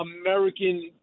American